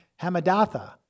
Hamadatha